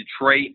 detroit